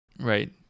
Right